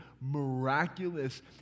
miraculous